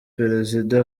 prezida